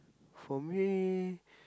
for me